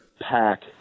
pack